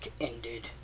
ended